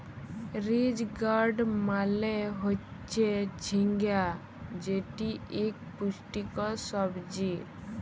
ridge gourd মালে হচ্যে ঝিঙ্গা যেটি ইক পুষ্টিকর সবজি